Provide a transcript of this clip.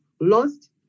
lost